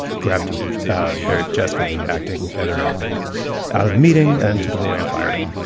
grabbed ah barry but chesky the acting editor out of the meeting and took him away and fired him